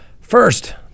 First